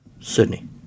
Sydney